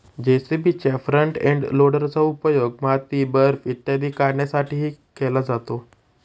जे.सी.बीच्या front end लोडरचा उपयोग माती, बर्फ इत्यादी काढण्यासाठीही केला जातो